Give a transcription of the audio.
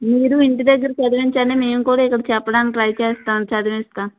మీరు ఇంటిదగ్గర చదివించండి మేము కూడా ఇక్కడ చెప్పడానికి ట్రై చేస్తాం చదివిస్తాం